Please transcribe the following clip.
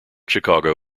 chicago